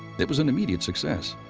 it was an immediate success.